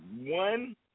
one